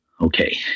Okay